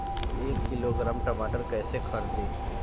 एक किलोग्राम टमाटर कैसे खरदी?